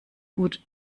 gut